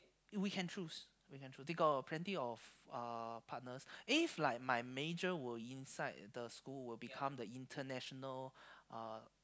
we can choose we can choose they got plenty of uh partners if like my major were inside the school will become the international uh